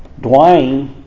Dwayne